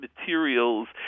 materials